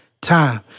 time